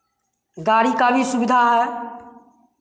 गाड़ी का भी सुविधा है